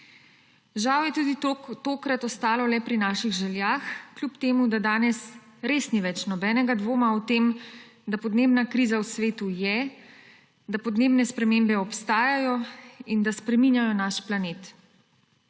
Žal je tudi tokrat ostalo le pri naših željah, čeprav danes res ni več nobenega dvoma o tem, da podnebna kriza v svetu je, da podnebne spremembe obstajajo in da spreminjajo naš planet.